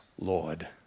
Lord